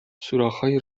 سوراخهای